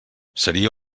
seria